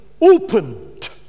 opened